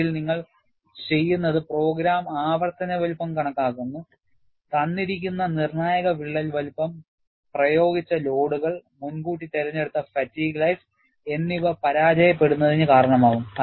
ഇതിൽ നിങ്ങൾ ചെയ്യുന്നത് പ്രോഗ്രാം ആവർത്തന വലുപ്പം കണക്കാക്കുന്നു തന്നിരിക്കുന്ന നിർണായക വിള്ളൽ വലുപ്പം പ്രയോഗിച്ച ലോഡുകൾ മുൻകൂട്ടി തിരഞ്ഞെടുത്ത ഫാറ്റീഗ് ലൈഫ് എന്നിവ പരാജയപ്പെടുന്നതിന് കാരണമാകും